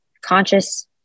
conscious